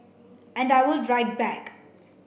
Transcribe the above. and I would write back